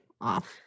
off